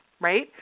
right